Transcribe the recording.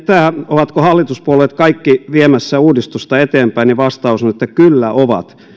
ovatko hallituspuolueet kaikki viemässä uudistusta eteenpäin niin vastaus on kyllä ovat